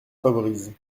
favorise